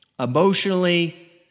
emotionally